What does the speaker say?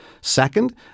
Second